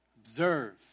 Observe